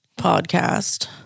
podcast